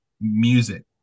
music